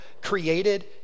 created